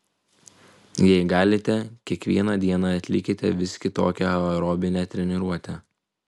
jei galite kiekvieną dieną atlikite vis kitokią aerobinę treniruotę